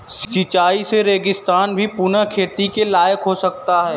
सिंचाई से रेगिस्तान भी पुनः खेती के लायक हो सकता है